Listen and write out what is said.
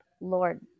Lord